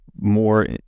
more